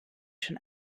schon